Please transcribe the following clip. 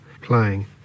playing